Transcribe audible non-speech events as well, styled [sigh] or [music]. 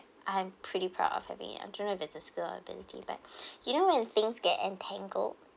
I'm pretty proud of having it I don't know if it's a skill or ability but [breath] you know when things get entangled